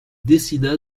décida